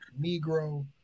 Negro